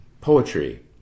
poetry